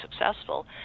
successful